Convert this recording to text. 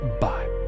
bye